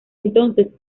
entonces